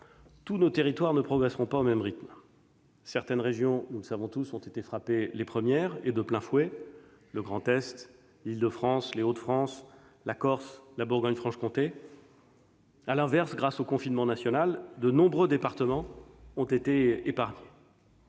Tous nos territoires ne progresseront pas au même rythme. Certaines régions, nous le savons tous, ont été frappées les premières et de plein fouet, comme le Grand Est, l'Île-de-France, les Hauts-de-France, la Corse, la Bourgogne-Franche-Comté. À l'inverse, grâce au confinement national, de nombreux départements ont été épargnés.